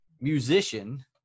musician